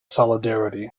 solidarity